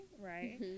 right